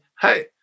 hey